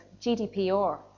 GDPR